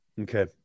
Okay